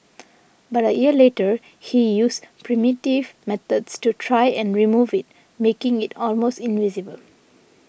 but a year later he used primitive methods to try and remove it making it almost invisible